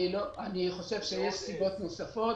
אני חושב שיש סיבות נוספות.